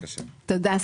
תודה.